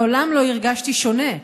מעולם לא הרגשתי שונה,